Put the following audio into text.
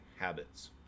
habits